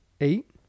Eight